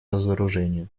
разоружению